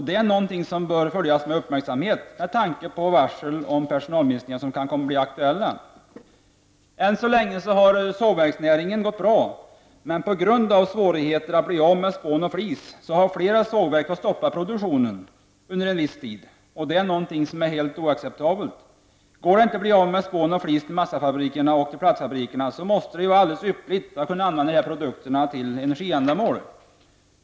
Det är någonting som bör följas med uppmärksamhet med tanke på varsel om personalminskningar, som kan bli aktuella. Än så länge har sågverksnäringen gått bra. Men på grund av svårigheter att bli av med spån och flis har flera sågverk fått stoppa produktionen under en viss tid. Det är något som är helt oacceptabelt. Går det inte att bli av med spån och flis till massafabrikerna och till plattfabrikerna måste det vara ypperligt att använda de produkterna för energiändamål.